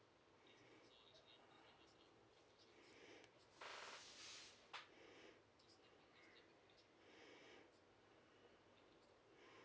ya